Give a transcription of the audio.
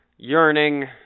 yearning